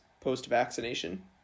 post-vaccination